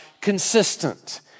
consistent